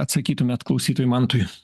atsakytumėt klausytojui mantui